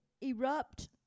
erupt